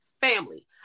family